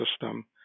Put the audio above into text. system